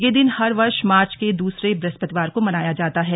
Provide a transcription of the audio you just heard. यह दिन हर वर्ष मार्च के दूसरे ब्रहस्तिवार को मनाया जाता है